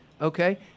okay